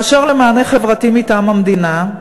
באשר למענה חברתי מטעם המדינה,